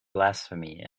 blasphemy